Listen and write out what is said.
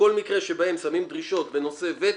ובכל מקרה שבו שמים דרישות בנושא ותק,